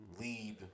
lead